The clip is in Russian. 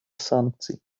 санкций